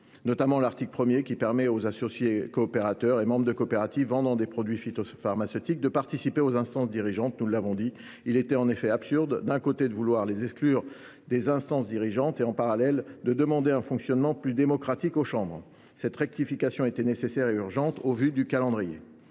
notamment à l’article 1, qui vise à permettre aux associés coopérateurs et aux membres de coopératives vendant des produits phytopharmaceutiques de participer aux instances dirigeantes des chambres d’agriculture. Il est en effet absurde, d’un côté, de vouloir les exclure des instances dirigeantes et, de l’autre, de demander un fonctionnement plus démocratique aux chambres ! Cette rectification était nécessaire et urgente au vu du calendrier.